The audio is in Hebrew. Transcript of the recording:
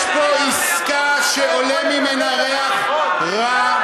יש פה עסקה שעולה ממנה ריח רע,